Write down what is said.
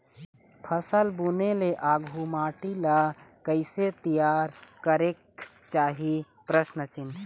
फसल बुने ले आघु माटी ला कइसे तियार करेक चाही?